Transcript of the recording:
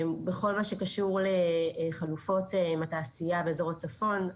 בכל מה שקשור לחלופות בתעשייה באזור הצפון,